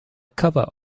cover